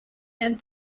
and